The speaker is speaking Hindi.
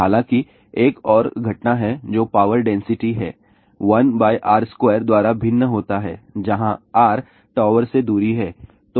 हालांकि एक और घटना है जो पावर डेंसिटी है 1R2 द्वारा भिन्न होता है जहां R टॉवर से दूरी है